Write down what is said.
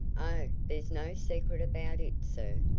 oh, there's no secret about it, sir.